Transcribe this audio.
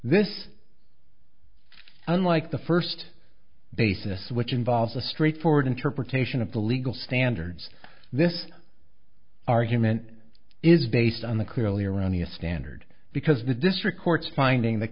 this unlike the first basis which involves a straightforward interpretation of the legal standards this argument is based on the clearly erroneous standard because the district court finding th